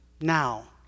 now